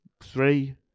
three